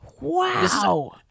Wow